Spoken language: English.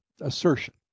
assertion